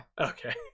okay